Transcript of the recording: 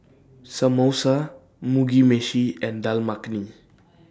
Samosa Mugi Meshi and Dal Makhani